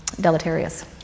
deleterious